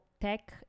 tech